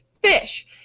Fish